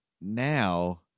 now